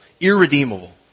irredeemable